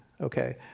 okay